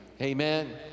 amen